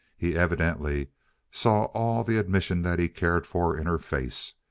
he evidently saw all the admission that he cared for in her face.